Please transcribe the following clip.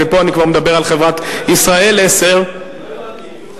ופה אני כבר מדבר על חברת "ישראל 10". לא הבנתי.